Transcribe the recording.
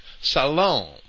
Salome